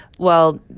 well,